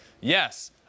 Yes